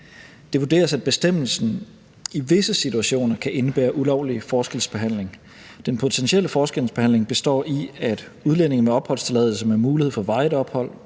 Det vurderes, at bestemmelsen i visse situationer kan indebære ulovlig forskelsbehandling. Den potentielle forskelsbehandling består i, at udlændinge med opholdstilladelse med mulighed for varigt ophold,